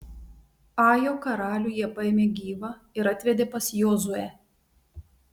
ajo karalių jie paėmė gyvą ir atvedė pas jozuę